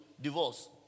divorce